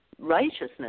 righteousness